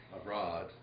abroad